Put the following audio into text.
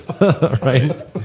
right